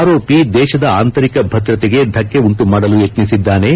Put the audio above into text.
ಆರೋಪಿ ದೇಶದ ಅಂತರಿಕ ಭದ್ರತೆಗೆ ಧಕ್ಷೆ ಉಂಟು ಮಾಡಲು ಯತ್ನಿಸಿದ್ದಾನೆ